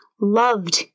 loved